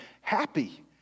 happy